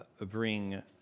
bring